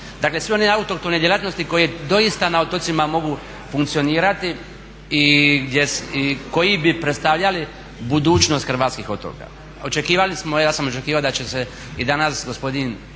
dakle sve one autohtone djelatnosti koje doista na otocima mogu funkcionirati i koji bi predstavljali budućnost hrvatskih otoka. Očekivali smo, ja sam očekivao da će se i danas gospodin